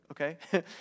okay